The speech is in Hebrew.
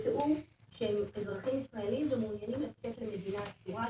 שנמצאו שהם אזרחים ישראלים ומעוניינים לצאת למדינה אסורה,